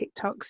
tiktoks